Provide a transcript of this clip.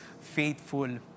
faithful